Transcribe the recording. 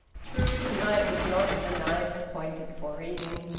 true, to-night was not a night appointed for reading,